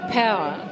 power